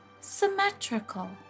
symmetrical